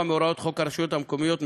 מהוראות חוק הרשויות המקומיות (משמעת).